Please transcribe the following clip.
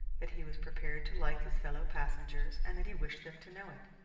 that he was prepared to like his fellow passengers and that he wished them to know it.